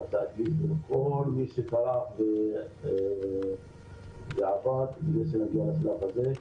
התאגידים ולכל מי שטרח ועבד כדי שנגיע לשלב הזה.